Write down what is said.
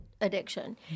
addiction